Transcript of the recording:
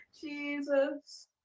Jesus